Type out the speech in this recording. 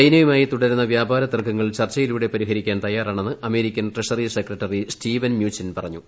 ചൈനയുമായി തുടരുന്ന വ്യാപാര തർക്കങ്ങൾ ചർച്ചയിലൂടെ പരിഹരിക്കാൻ തയ്യാറാണെന്ന് American treasury secretary Steven Mnuchin പറഞ്ഞു